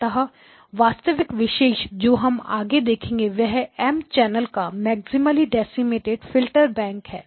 अतः वास्तविक विषय जो हम आगे देखेंगे वह M चैनल का मैक्सिमली डेसिमटेड फ़िल्टर बैंक्स है